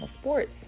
sports